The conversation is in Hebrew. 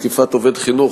תקיפת עובד חינוך),